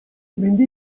mendi